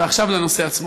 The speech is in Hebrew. ועכשיו לנושא עצמו.